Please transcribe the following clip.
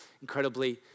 incredibly